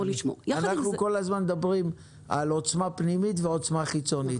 אנחנו כל הזמן מדברים על עוצמה פנימית ועוצמה חיצונית.